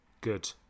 Good